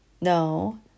No